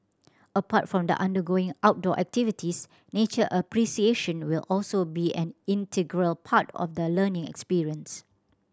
apart from the undergoing outdoor activities nature appreciation will also be an integral part of the learning experience